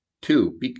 Two